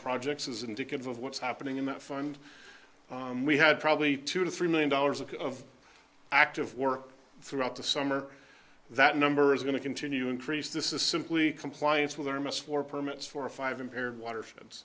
projects is indicative of what's happening in that fund we had probably two to three million dollars of active work throughout the summer that number is going to continue increase this is simply compliance with our mis for permits for a five impaired water